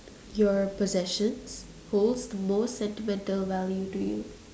your possessions holds most sentimental value to you